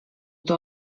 gdy